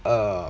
err